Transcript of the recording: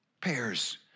pairs